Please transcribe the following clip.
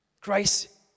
Grace